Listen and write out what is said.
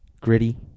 Gritty